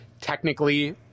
technically